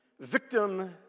victim